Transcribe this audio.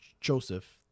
Joseph